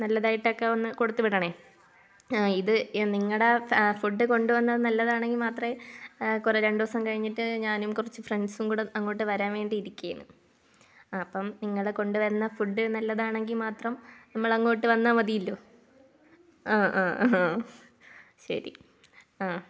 നല്ലതായിട്ടൊക്കെ ഒന്ന് കൊടുത്തു വിടണേ ഇത് നിങ്ങളുടെ ഫുഡ് കൊണ്ടു വന്നത് നല്ലതാണെങ്കിൽ മാത്രമേ കുറെ രണ്ടു ദിവസം കഴിഞ്ഞിട്ട് ഞാനും കുറച്ചു ഫ്രണ്ട്സും കൂടി അങ്ങോട്ട് വരാൻ വേണ്ടി ഇരിക്കുകയാണ് ആ അപ്പം നിങ്ങൾ കൊണ്ടു വരുന്ന ഫുഡ് നല്ലതാണെങ്കിൽ മാത്രം നമ്മൾ അങ്ങോട്ട് വന്നാൽ മതീലോ ആ ആ ആ ശരി ആ